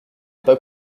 pas